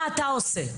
מה אתה עושה?